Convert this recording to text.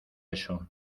eso